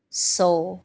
ਸੌ